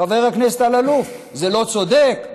חבר הכנסת אלאלוף, זה לא צודק?